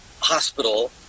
hospital